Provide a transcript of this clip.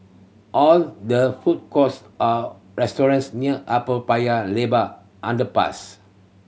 are there food courts restaurants near Upper Paya Lebar Underpass